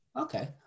Okay